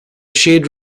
shade